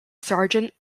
sergeant